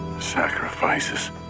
Sacrifices